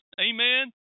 amen